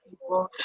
people